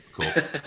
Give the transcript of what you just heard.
cool